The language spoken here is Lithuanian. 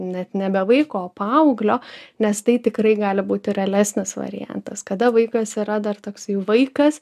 net nebe vaiko o paauglio nes tai tikrai gali būti realesnis variantas kada vaikas yra dar toksai vaikas